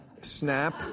Snap